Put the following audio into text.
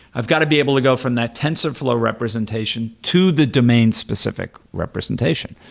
i've got to be able to go from that tensorflow representation to the domain-specific representation.